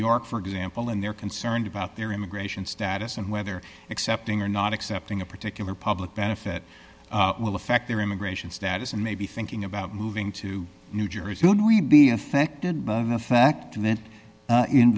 york for example and they're concerned about their immigration status and whether accepting or not accepting a particular public benefit will affect their immigration status and maybe thinking about moving to new jersey would we be affected by the fact that